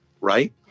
Right